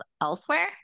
elsewhere